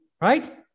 right